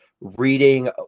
reading